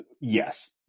yes